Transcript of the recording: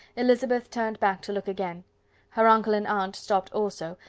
elizabeth turned back to look again her uncle and aunt stopped also,